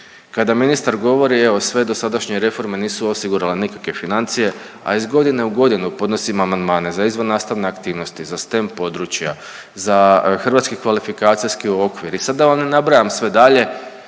kada ministar govori evo sve dosadašnje reforme nisu osigurale nikakve financije a iz godine u godinu podnosimo amandmane za izvan nastavne aktivnosti za STEM područja, za hrvatski kvalifikacijski okvir i sad da vam ne nabrajam sve dalje